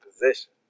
position